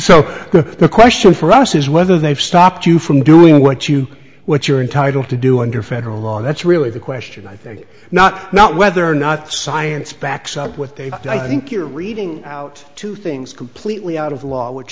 so the question for us is whether they've stopped you from doing what you what you're entitle to do under federal law that's really the question i think not not whether or not the science backs up what they but i think you're reading out two things completely out of the law which